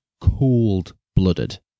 cold-blooded